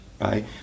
right